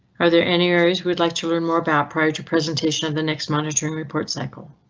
are there any areas would like to learn more about prior to presentation of the next monitoring report cycle?